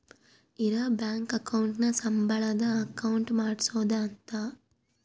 ಇರ bank account ನ ಸಂಬಳದ್ ಅಕೌಂಟ್ ಮಾಡ್ಸೋದ ಅಂತ